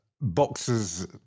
Boxers